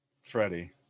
Freddie